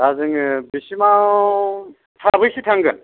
दा जोङो बेसिमाव साबैसे थांगोन